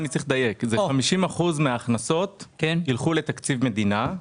דובר על כך ש-50% מההכנסות ילכו לתקציב מדינה.